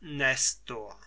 nestor